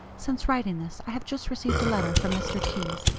since writing this, i have just received a letter from mr. keyes,